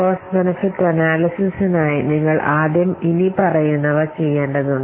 cost benefit അനാല്യ്സിസിനായി നിങ്ങൾ ആദ്യം ഇനിപ്പറയുന്നവ ചെയ്യേണ്ടതുണ്ട്